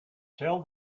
tell